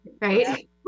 right